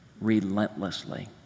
relentlessly